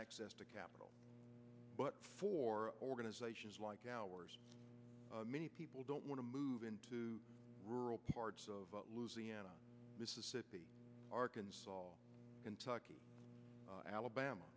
access to capital but for organizations like ours many people don't want to move into rural parts of louisiana mississippi arkansas kentucky alabama